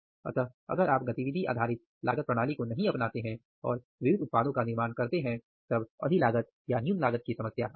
अतः अगर आप गतिविधि आधारित लागल प्रणाली को नहीं अपनाते हैं और विविध उत्पादों का निर्माण करते हैं तब अधि लागत या न्यून लागत की समस्या आएगी